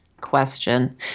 question